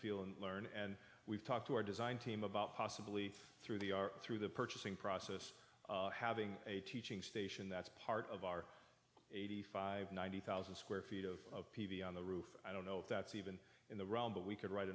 feel and learn and we've talked to our design team about possibly through the our through the purchasing process having a teaching station that's part of our eighty five ninety thousand square feet of p v on the roof i don't know if that's even in the realm but we could write